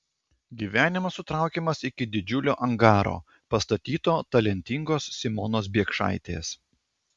gyvenimas sutraukiamas iki didžiulio angaro pastatyto talentingos simonos biekšaitės